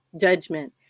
judgment